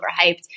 overhyped